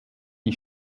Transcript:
die